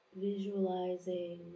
visualizing